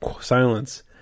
silence